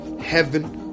heaven